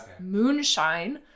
moonshine